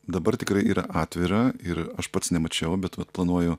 dabar tikrai yra atvira ir aš pats nemačiau bet vat planuoju